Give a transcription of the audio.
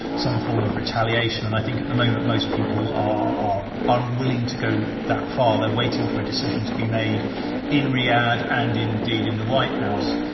some form of retaliation. and i think at the moment, most people are unwilling to go that far. they're waiting for a decision to be made in riyadh and, indeed, in the white house.